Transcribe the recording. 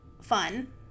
fun